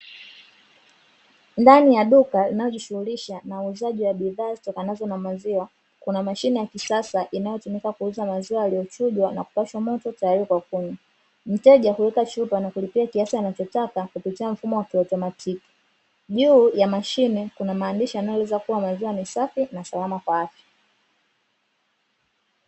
Ndani ya duka linalojishughulisha na uuzaji wa bidhaa zitokanazo na maziwa, kuna mashine ya kisasa inayotumika kuuza maziwa yaliyochujwa na kupashwa moto tayari kwa kunywa. Mteja hueka chupa na kulipia kiasi anachotaka kupitia mfumo wa kiotomatiki, juu ya mashine kuna maandishi yanaeleza kuwa maziwa ni safi na salama kwa afya.